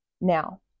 Now